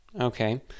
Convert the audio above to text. okay